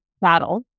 battle